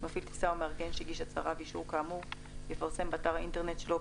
מפעיל טיסה או מארגן שהגיש הצהרה ואישור כאמור יפרסם באתר האינטרנט שלו,